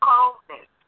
Coldness